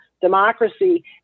Democracy